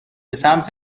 سمت